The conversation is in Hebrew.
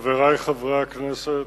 חברי חברי הכנסת,